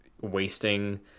wasting